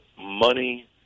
money